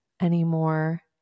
anymore